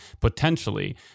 potentially